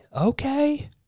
okay